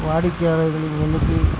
வாடிக்கையாளர்களின் எண்ணிக்கை